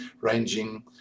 ranging